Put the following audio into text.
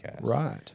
Right